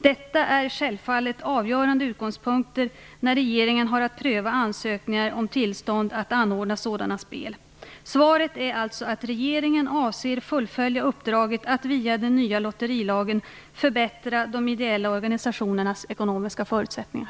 Detta är självfallet avgörande utgångspunkter när regeringen har att pröva ansökningar om tillstånd att anordna sådana spel. Svaret är alltså att regeringen avser fullfölja uppdraget att via den nya lotterilagen förbättra de ideella organisationernas ekonomiska förutsättningar.